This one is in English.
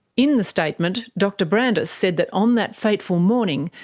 in the statement dr brandis said that on that fateful morning,